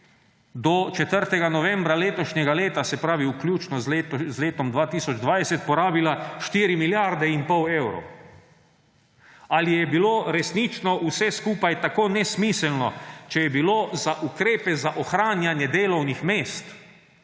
do 4. novembra letošnjega leta, se pravi vključno z letom 2020, porabila 4 milijarde in pol evrov. Ali je bilo resnično vse skupaj tako nesmiselno, če je bilo za ukrepe za ohranjanje delovnih mest,